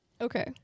Okay